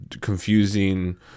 confusing